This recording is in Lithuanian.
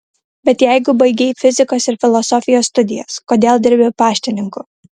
bet jeigu baigei fizikos ir filosofijos studijas kodėl dirbi paštininku